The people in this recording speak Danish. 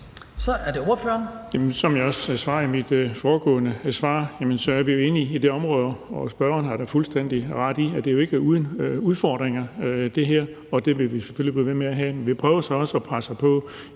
Bonnesen (V): Som jeg også svarede i mit foregående svar, er vi jo inde i et område, og det har spørgeren da fuldstændig ret i, som ikke er uden udfordringer, og det vil vi selvfølgelig blive ved med at have. Vi prøver så også at presse på